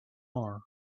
are